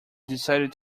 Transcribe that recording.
decided